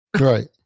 Right